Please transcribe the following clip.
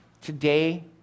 Today